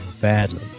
badly